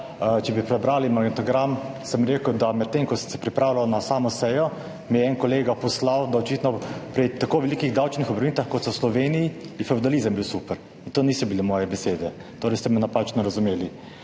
če bi prebrali magnetogram sem rekel, da medtem, ko sem se pripravljal na samo sejo mi je en kolega poslal, da očitno pri tako velikih davčnih obremenitvah kot v Sloveniji je fevdalizem bil super in to niso bile moje besede, torej ste me napačno razumeli.